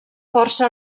força